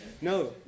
No